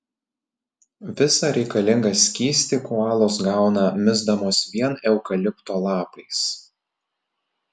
visą reikalingą skystį koalos gauna misdamos vien eukalipto lapais